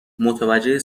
متوجه